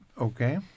Okay